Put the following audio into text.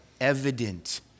evident